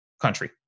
country